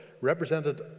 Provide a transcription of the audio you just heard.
represented